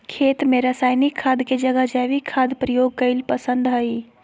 खेत में रासायनिक खाद के जगह जैविक खाद प्रयोग कईल पसंद हई